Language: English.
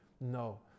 No